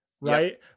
right